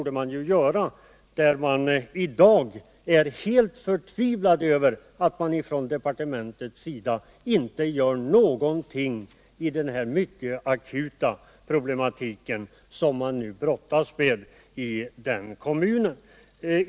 Där är man i dag helt förtvivlad över att departementet inte gör någonting för att lösa de mycket akuta problem som kommunen nu brottas med.